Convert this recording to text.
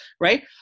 right